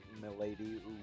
Milady